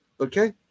Okay